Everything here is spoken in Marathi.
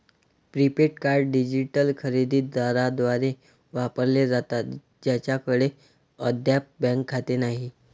प्रीपेड कार्ड डिजिटल खरेदी दारांद्वारे वापरले जातात ज्यांच्याकडे अद्याप बँक खाते नाही